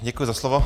Děkuji za slovo.